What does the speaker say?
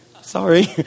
Sorry